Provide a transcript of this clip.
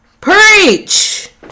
Preach